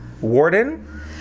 warden